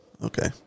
Okay